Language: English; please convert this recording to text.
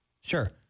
Sure